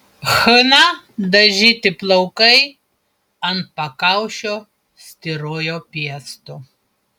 chna dažyti plaukai ant pakaušio styrojo piestu